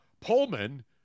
Pullman